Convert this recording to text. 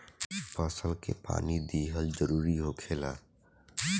फसल के पानी दिहल जरुरी होखेला